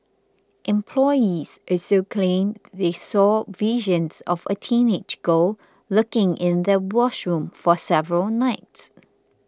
employees also claimed they saw visions of a teenage girl lurking in the washroom for several nights